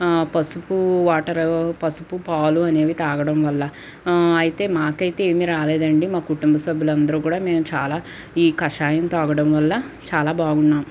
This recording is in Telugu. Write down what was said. పసుపు వాటర్ పసుపు పాలు అనేవి తాగడం వల్ల అయితే మాకైతే ఏమి రాలేదండీ మా కుటుంబ సభ్యులు అందరూ కూడా మేము చాలా ఈ కషాయం తాగడం వల్ల చాలా బాగున్నాము